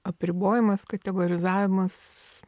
apribojimas kategorizavimas